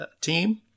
team